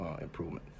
improvement